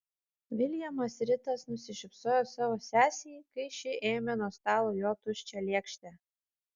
viljamas ritas nusišypsojo savo sesei kai ši ėmė nuo stalo jo tuščią lėkštę